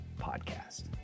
podcast